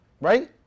Right